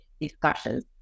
discussions